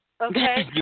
Okay